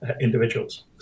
individuals